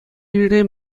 енре